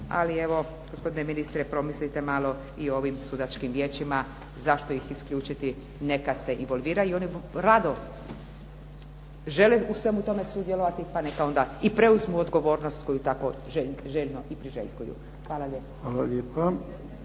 Ali evo gospodine ministre promislite malo i o ovim sudačkim vijećima zašto ih isključiti, neka se involviraju. I oni rado žele u svemu tome sudjelovati, pa neka onda i preuzmu takvu odgovornost koju tako željno i priželjkuju. Hvala lijepo.